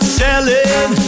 selling